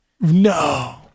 No